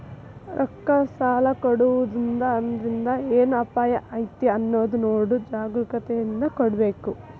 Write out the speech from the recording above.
ರೊಕ್ಕಾ ಸಲಾ ಕೊಡೊಮುಂದ್ ಅದ್ರಿಂದ್ ಏನ್ ಅಪಾಯಾ ಐತಿ ಅನ್ನೊದ್ ನೊಡಿ ಜಾಗ್ರೂಕತೇಂದಾ ಕೊಡ್ಬೇಕ್